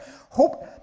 Hope